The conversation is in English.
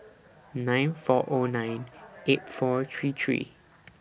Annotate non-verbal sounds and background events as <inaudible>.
<noise> nine five Zero nine eight four three three